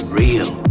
real